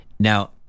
Now